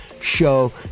show